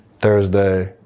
Thursday